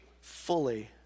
fully